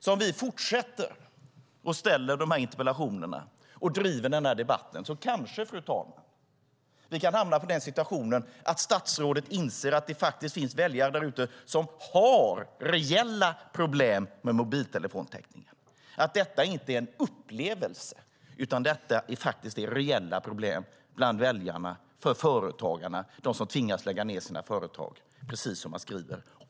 Om vi fortsätter att ställa interpellationer och driva debatten, fru talman, kanske vi kan hamna i den situationen att statsrådet inser att det faktiskt finns väljare där ute som har reella problem med mobiltelefontäckningen, att detta inte är en upplevelse utan är reella problem bland väljarna och för företagarna, för dem som tvingas lägga ned sina företag, precis som man skriver.